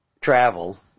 travel